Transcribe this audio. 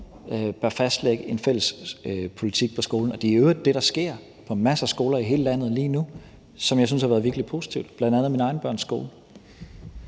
bør fastlægge en fælles politik på skolen, og det er i øvrigt det, der sker på masser af skoler i hele landet lige nu, bl.a. på mine egne børns skole,